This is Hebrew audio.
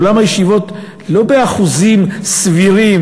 בעולם הישיבות לא באחוזים סבירים,